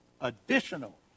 Additional